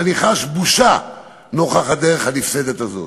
ואני חש בושה נוכח הדרך הנפסדת הזאת.